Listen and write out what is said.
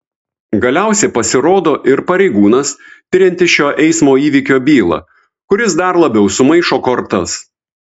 galiausiai pasirodo ir pareigūnas tiriantis šio eismo įvykio bylą kuris dar labiau sumaišo kortas